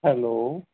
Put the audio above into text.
hello